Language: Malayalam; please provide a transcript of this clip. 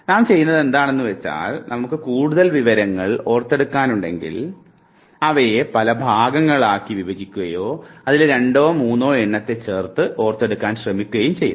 നാം ചെയ്യുന്നതെന്താണെന്ന് വച്ചാൽ നമുക്ക് കൂടുതൽ വിവരങ്ങൾ ഓർക്കാൻ ഉണ്ടെങ്കിൽ ഉണ്ടെങ്കിൽ അവയെ പല ഭാഗങ്ങളാക്കി വിഭജിക്കുകയോ അതിലെ രണ്ടോ മൂന്നോ എണ്ണത്തിനെ ചേർത്ത് ഓർത്തെടുക്കാൻ ശ്രമിക്കുകയും ചെയ്യുന്നു